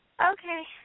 Okay